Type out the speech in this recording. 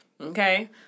Okay